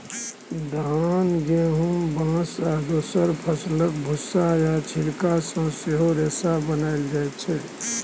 धान, गहुम, बाँस आ दोसर फसलक भुस्सा या छिलका सँ सेहो रेशा बनाएल जाइ छै